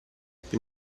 più